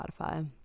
Spotify